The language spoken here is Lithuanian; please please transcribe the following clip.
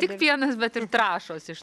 tik pienas bet ir trąšos iš